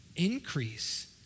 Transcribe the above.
Increase